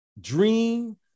Dream